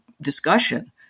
discussion